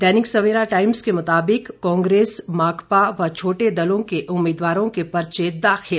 दैनिक Savera Times के मुताबिक कांग्रेस माकपा व छोटे दलों के उम्मीदवारों के पर्चे दाखिल